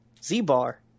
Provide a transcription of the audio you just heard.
z-bar